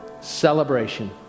celebration